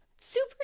Super